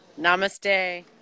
Namaste